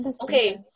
okay